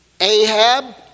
Ahab